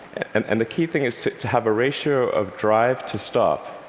and and the key thing is to to have a ratio of drive to stop,